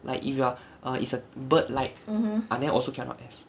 like if you are err is a bird like then also cannot S